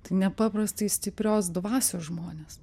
tai nepaprastai stiprios dvasios žmonės